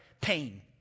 pain